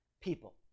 people